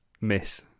miss